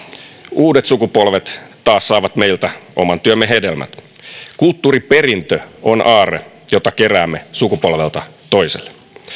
uudet sukupolvet taas saavat meiltä oman työmme hedelmät kulttuuriperintö on aarre jota keräämme sukupolvelta toiselle